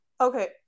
Okay